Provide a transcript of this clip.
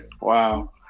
Wow